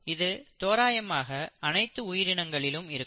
இது தோராயமாக அனைத்து உயிரினங்களிலும் இருக்கும்